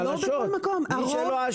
מקום.